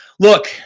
Look